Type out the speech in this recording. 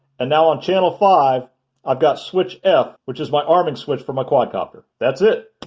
and now on channel five i've got switch f which is my arming switch for my quadcopter. that's it!